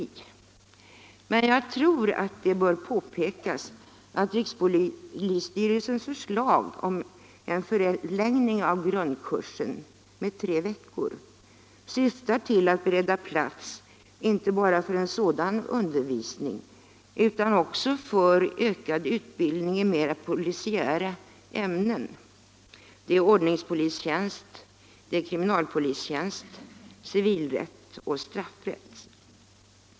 sendet sendet Men jag tror att det bör påpekas att rikspolisstyrelsens förslag om en förlängning av grundkursen med tre veckor syftar till att bereda plats inte bara för en sådan undervisning utan också för ökad utbildning i mera polisiära ämnen. Det gäller ordningspolistjänst, kriminalpolistjänst, civilrätt och straffrätt.